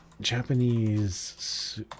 Japanese